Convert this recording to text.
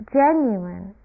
genuine